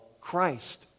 Christ